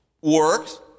works